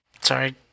Sorry